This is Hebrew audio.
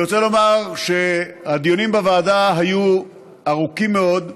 אני רוצה לומר שהדיונים בוועדה היו ארוכים מאוד.